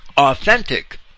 authentic